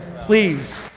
please